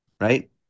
right